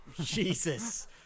Jesus